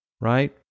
right